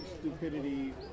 stupidity